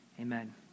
amen